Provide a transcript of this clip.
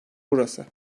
burası